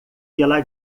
pela